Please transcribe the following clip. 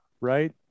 Right